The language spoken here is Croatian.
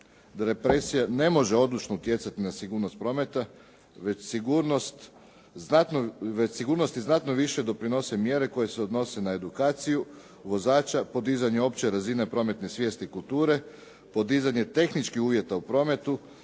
da represija ne može odlučno utjecati na sigurnost prometa, već sigurnosti znatno više doprinose mjere koje se odnose na edukaciju vozača, podizanje opće razine prometne svijesti i kulture, podizanje tehničkih uvjeta u prometu